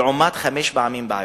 לעומת חמש פעמים בעברית.